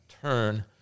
turn